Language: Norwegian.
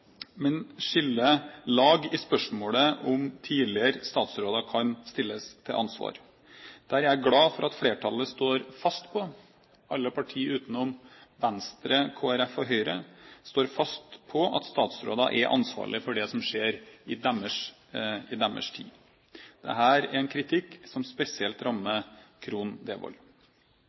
men skiller lag i spørsmålet om tidligere statsråder kan stilles til ansvar. Der er jeg glad for at flertallet står fast på – alle parti utenom Venstre, Kristelig Folkeparti og Høyre – at statsråder er ansvarlige for det som skjer i deres tid. Dette er en kritikk som spesielt rammer Krohn Devold.